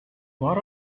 what